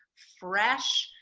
fresh.